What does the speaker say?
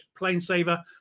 Planesaver